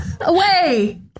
Away